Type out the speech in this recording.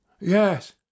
YES